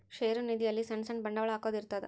ಷೇರು ನಿಧಿ ಅಲ್ಲಿ ಸಣ್ ಸಣ್ ಬಂಡವಾಳ ಹಾಕೊದ್ ಇರ್ತದ